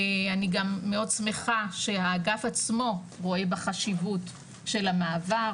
אני גם מאוד שמחה שהאגף עצמו רואה בחשיבות של המעבר,